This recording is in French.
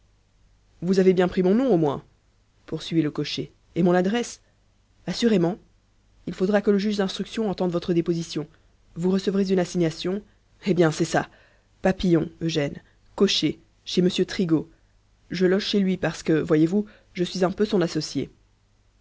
vous avez bien pris mon nom au moins poursuivit le cocher et mon adresse assurément il faudra que le juge d'instruction entende votre déposition vous recevrez une assignation eh bien c'est ça papillon eugène cocher chez m trigault je loge chez lui parce que voyez-vous je suis un peu son associé